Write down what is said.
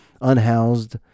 unhoused